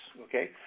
Okay